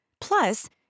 Plus